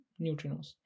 neutrinos